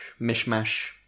mishmash